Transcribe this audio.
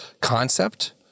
concept